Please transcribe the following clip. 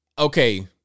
Okay